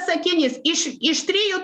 sakinys iš iš trijų